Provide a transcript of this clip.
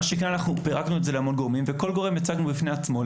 אנחנו פירקנו את זה להמון גורמים וכל גורם הצגנו בפני עצמו.